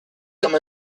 comme